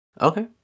Okay